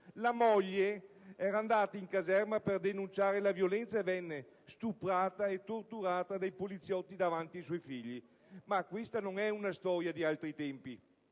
La moglie, andata in caserma per denunciare la violenza, venne stuprata e torturata dai poliziotti davanti ai suoi figli. Questa non è affatto una storia di altri tempi: